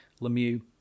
Lemieux